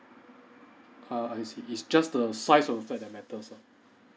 err I see is just the size of flat that matters lah